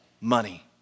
money